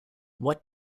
what